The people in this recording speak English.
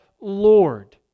Lord